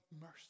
mercy